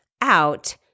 out